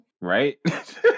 Right